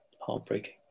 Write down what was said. heartbreaking